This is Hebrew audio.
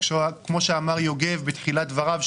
כמו שאמר יוגב בתחילת דבריו,